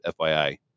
FYI